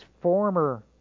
former